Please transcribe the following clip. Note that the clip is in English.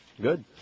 Good